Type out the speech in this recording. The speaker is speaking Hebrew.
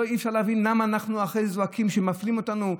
אי-אפשר להבין למה אחרי זה אנחנו זועקים שמפלים אותנו,